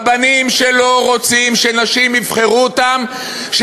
רבנים שלא רוצים שנשים יבחרו אותם,